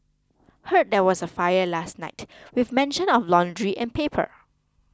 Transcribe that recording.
heard there was a fire last night with mention of laundry and paper